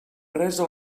resa